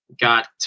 got